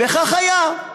וכך היה.